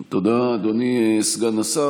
תודה, אדוני, סגן השר.